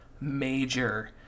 major